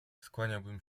skłaniałabym